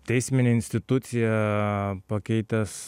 teisminę instituciją pakeitęs